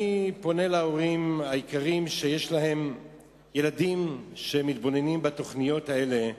אני פונה להורים היקרים שיש להם ילדים שמתבוננים בתוכניות האלה,